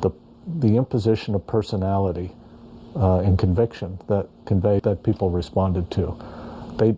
the the imposition of personality in conviction that conveyed that people responded to they